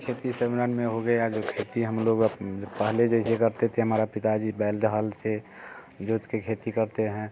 खेती में हो गया जो खेती हम लोग पहले जैसी करते थे हमारा पिता जी बैल हल से जोत के खेती करते हैं